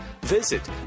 Visit